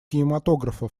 кинематографа